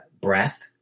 breath